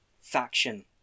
faction